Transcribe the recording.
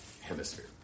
Hemisphere